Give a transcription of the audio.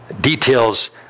Details